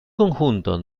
conjunto